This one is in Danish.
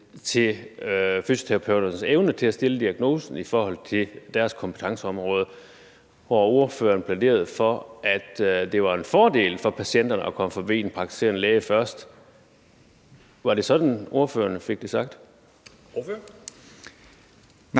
til fysioterapeuternes evne til at stille diagnosen i forhold til deres kompetenceområder, hvor ordføreren plæderede for, at det var en fordel for patienterne at komme forbi en praktiserende læge først. Var det sådan, ordføreren fik det sagt?